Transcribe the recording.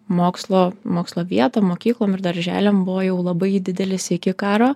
mokslo mokslo vieta mokyklom ir darželiam buvo jau labai didelis iki karo